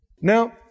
Now